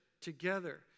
together